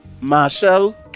marshall